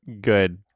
good